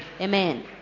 Amen